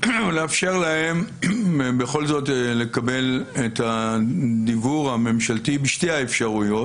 לאפשר להם בכל זאת לקבל את הדיוור הממשלתי בשתי האפשרויות.